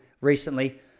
recently